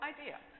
idea